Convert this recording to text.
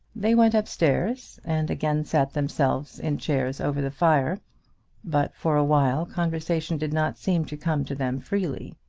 they went up-stairs and again sat themselves in chairs over the fire but for a while conversation did not seem to come to them freely.